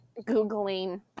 googling